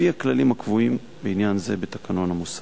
לפי הכללים הקבועים בעניין זה בתקנון המוסד.